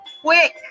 quick